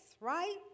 Right